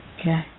Okay